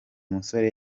musore